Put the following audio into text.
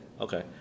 Okay